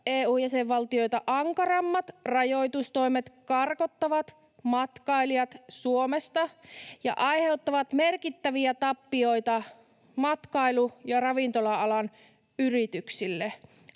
EU-jäsenvaltioita ankarammat rajoitustoimet karkottavat matkailijat Suomesta ja aiheuttavat merkittäviä tappioita matkailu‑ ja ravintola-alan yrityksille.